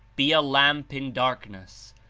be a lamp in darkness,